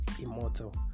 immortal